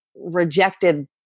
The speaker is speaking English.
rejected